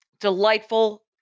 delightful